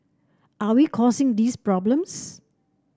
are we causing these problems